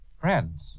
friends